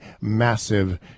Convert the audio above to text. massive